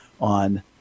on